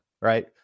Right